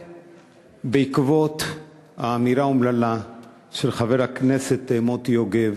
בעקבות האמירה האומללה של חבר הכנסת מוטי יוגב